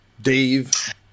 Dave